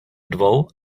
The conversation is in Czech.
dvou